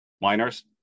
miners